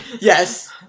Yes